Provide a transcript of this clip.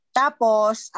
tapos